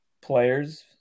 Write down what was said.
players